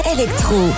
Electro